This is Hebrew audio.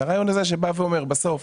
זה הרעיון הזה שבא ואומר בסוף